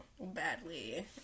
badly